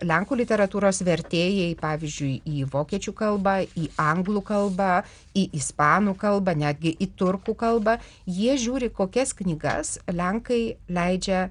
lenkų literatūros vertėjai pavyzdžiui į vokiečių kalbą į anglų kalbą į ispanų kalbą netgi į turkų kalbą jie žiūri kokias knygas lenkai leidžia